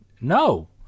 No